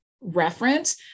reference